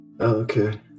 Okay